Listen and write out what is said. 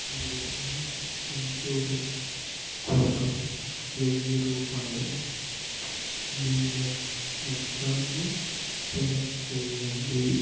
గృహ ఇన్షూరెన్స్ కోసం వెయ్యి రూపాయల బీమా మొత్తాన్ని సెలెక్ట్ చేయండి